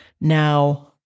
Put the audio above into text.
Now